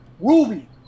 Ruby